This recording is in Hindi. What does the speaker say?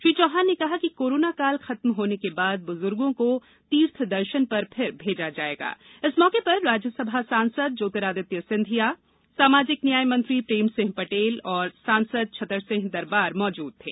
श्री चौहान ने कहा कि कोरोना काल खत्म होने के बाद बुजुर्गो को तीर्थदर्शन पर फिर भेजा जायेगा इस मौके पर राज्यसभा सांसद ज्योतिरादित्य सिंधिया सामाजिक न्याय मंत्री प्रेमसिंह पटेल और सांसद छतरसिंह दरबार मौजूद थे